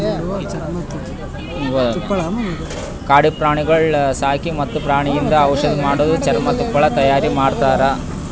ಕಾಡು ಪ್ರಾಣಿಗೊಳ್ ಸಾಕಿ ಮತ್ತ್ ಪ್ರಾಣಿಯಿಂದ್ ಔಷಧ್ ಮಾಡದು, ಚರ್ಮ, ತುಪ್ಪಳ ತೈಯಾರಿ ಮಾಡ್ತಾರ